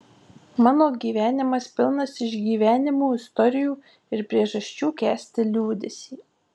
mano gyvenimas pilnas išgyvenimų istorijų ir priežasčių kęsti liūdesį